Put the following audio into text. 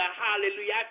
hallelujah